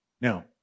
Now